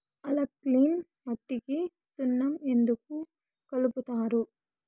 alkaline మట్టికి సున్నం ఎందుకు కలుపుతారు